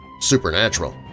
supernatural